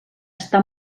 està